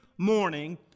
morning